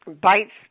bites